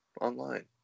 online